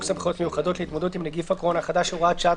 סמכויות מיוחדות להתמודדות עם נגיף הקורונה החדש (הוראת שעה),